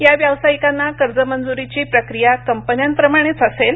या व्यावसायिकांना कर्ज मंजुरीची प्रक्रिया कंपन्याप्रमाणेच असेल